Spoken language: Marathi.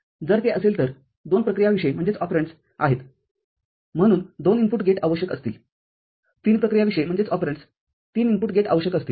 जर ते असेल तर दोन प्रक्रियाविशय आहेतम्हणून दोन इनपुट गेटआवश्यक असतीलतीन प्रक्रियाविशयतीन इनपुट गेट आवश्यक असतील